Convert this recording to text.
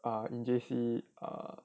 ah in J_C ah